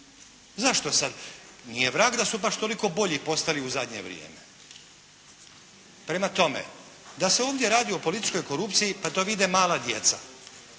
Zašto sad? Nije vrag da su baš toliko bolji postali u zadnje vrijeme. Prema tome, da se ovdje radi o političkoj korupciji, pa to vide mala djeca.